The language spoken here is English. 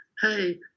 hey